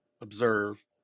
observe